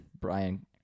Brian